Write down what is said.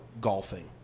golfing